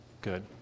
good